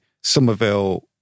Somerville